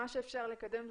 במה שאפשר לקדם דברים,